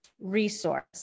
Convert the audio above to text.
resource